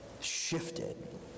shifted